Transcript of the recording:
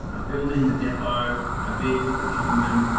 ah building the depot, a vehicle procurement,